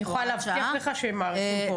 אני יכולה להבטיח לך שהם מאריכים פה הוראות שעה.